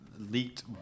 leaked